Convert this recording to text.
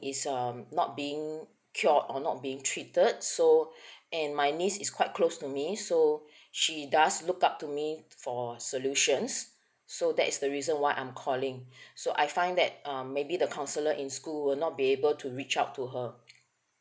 is um not being cured or not being treated so and my niece is quite close to me so she does look up to me for solutions so that's the reason why I'm calling so I find that um maybe the counsellor in school will not be able to reach out to her